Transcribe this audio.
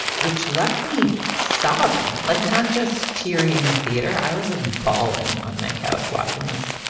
which left me sobbing like not just teary in the theater. i was like bawling on my couch watching this,